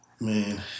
man